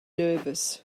nervous